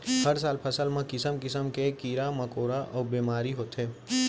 हर साल फसल म किसम किसम के कीरा मकोरा अउ बेमारी होथे